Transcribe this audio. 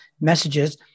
messages